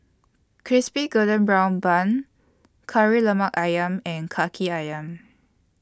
Crispy Golden Brown Bun Kari Lemak Ayam and Kaki Ayam